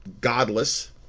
godless